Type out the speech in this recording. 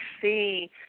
see